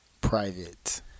private